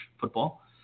football